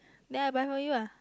then I buy for you ah